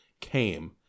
came